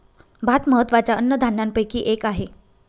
भात महत्त्वाच्या अन्नधान्यापैकी एक आहे